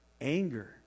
anger